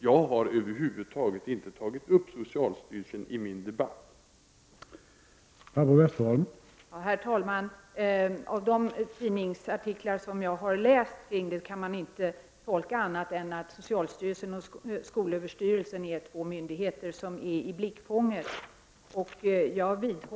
Jag har över huvud taget inte tagit upp socialstyrelsen i den debatt som jag har fört.